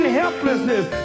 helplessness